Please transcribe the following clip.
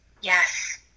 Yes